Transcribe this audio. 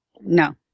No